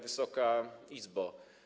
Wysoka Izbo!